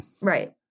Right